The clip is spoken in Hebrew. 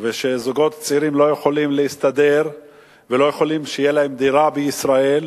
ושזוגות צעירים לא יכולים להסתדר ולא יכולים שתהיה להם דירה בישראל,